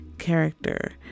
character